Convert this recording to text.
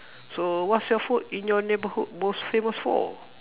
so what's your food in your neighborhood most famous for